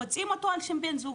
מוצאים אותו על שם בן זוג,